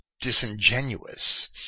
disingenuous